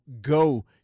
go